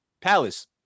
Palace